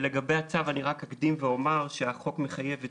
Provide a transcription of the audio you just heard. לגבי הצו אקדים ואומר שהחוק מחייב את